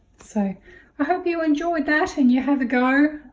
so i hope you enjoyed that and you have a go.